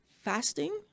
Fasting